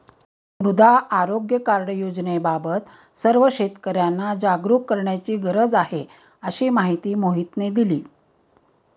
मृदा आरोग्य कार्ड योजनेबाबत सर्व शेतकर्यांना जागरूक करण्याची गरज आहे, अशी माहिती मोहितने दिली